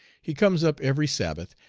he comes up every sabbath,